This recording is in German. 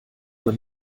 man